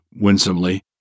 winsomely